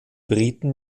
briten